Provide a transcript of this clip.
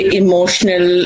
emotional